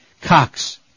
Cox